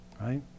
right